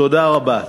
תודה רבה.